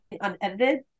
unedited